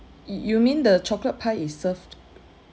y~ you mean the chocolate pie is served